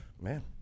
Man